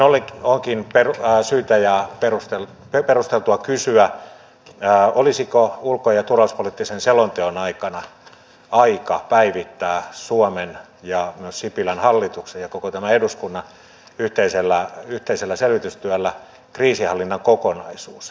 näin ollen onkin syytä ja perusteltua kysyä olisiko ulko ja turvallisuuspoliittisen selonteon aikana aika päivittää suomen ja myös sipilän hallituksen ja koko tämän eduskunnan yhteisellä selvitystyöllä kriisinhallinnan kokonaisuus